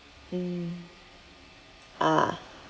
mm ah